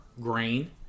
grain